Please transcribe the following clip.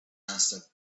answered